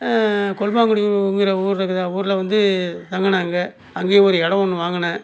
கொல்லுமாங்குடிங்கிற ஊர் இருக்குதே ஊரில் வந்து தங்கினேங்க அங்கேயே ஒரு எடம் ஒன்று வாங்கினேன்